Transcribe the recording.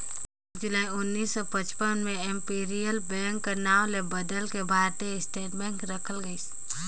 एक जुलाई उन्नीस सौ पचपन में इम्पीरियल बेंक कर नांव ल बलेद के भारतीय स्टेट बेंक रखल गइस